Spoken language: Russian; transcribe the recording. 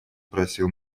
просил